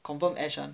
confirm ash [one]